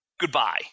Goodbye